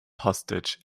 hostage